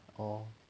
orh